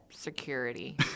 security